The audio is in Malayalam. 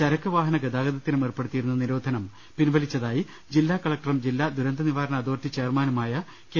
ചരക്ക് വാഹന ഗതാഗതത്തിനും ഏർപ്പെടുത്തിയിരുന്ന നിരോധനം പിൻവലിച്ചതായി ജില്ലാകളക്ടറും ജില്ലാ ദുരന്തനിവാരണ അതോറിറ്റി ചെയർമാനുമായ കെ